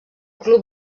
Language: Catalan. club